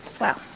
Wow